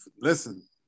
Listen